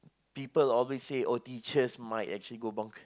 people always say oh teachers might actually go bonkers